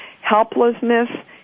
helplessness